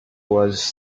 was